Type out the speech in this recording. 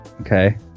Okay